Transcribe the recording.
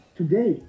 today